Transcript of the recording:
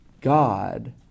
God